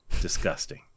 Disgusting